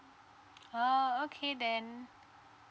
oh okay then